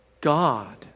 God